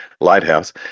lighthouse